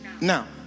now